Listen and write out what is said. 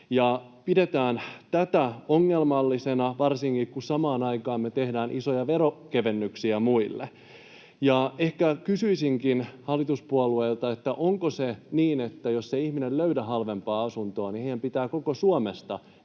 pidetään tätä ongelmallisena, varsinkin kun samaan aikaan tehdään isoja veronkevennyksiä muille. Ehkä kysyisinkin hallituspuolueilta: onko se niin, että jos se ihminen ei löydä halvempaa asuntoa, niin hänen pitää koko Suomesta etsiä